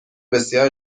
بسیار